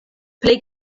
plej